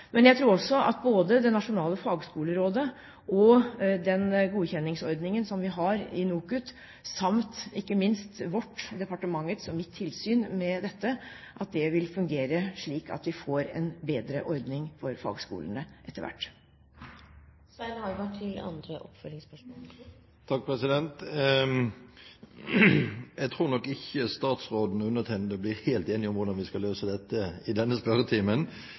Men jeg tror også at både det nasjonale fagskolerådet, den godkjenningsordningen som vi har i NOKUT, og, ikke minst, vårt – departementets og mitt – tilsyn med dette vil fungere, slik at vi får en bedre ordning for fagskolene etter hvert. Jeg tror nok ikke statsråden og undertegnede blir helt enige i denne spørretimen om hvordan vi skal løse dette,